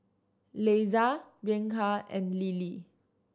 Leisa Bianca and Lilly